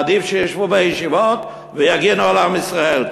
עדיף שישבו בישיבות ויגנו על עם ישראל.